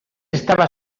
estava